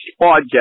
podcast